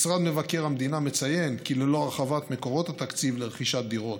משרד מבקר המדינה מציין כי ללא הרחבת מקורות התקציב לרכישת דירות,